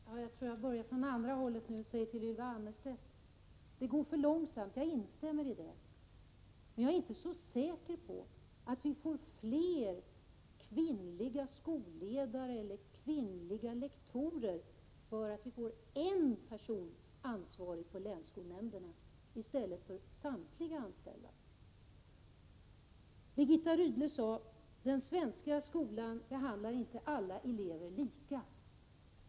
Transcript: Herr talman! Jag börjar med att svara Ylva Annerstedt den här gången. Det går för långsamt. Jag instämmer i det. Men jag är inte så säker på att vi får fler kvinnliga skolledare eller lektorer för att vi får en ansvarig person på länsskolnämnden i stället för att samtliga anställda tar ansvar. Birgitta Rydle sade att den svenska skolan inte behandlar alla elever lika.